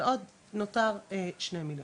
ועוד נותר שני מיליון,